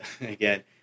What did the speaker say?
again